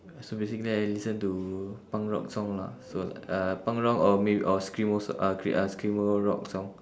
so basically I listen to punk rock song lah so uh punk rock or mayb~ or screamo uh scr~ uh screamo rock song